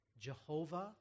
Jehovah